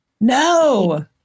No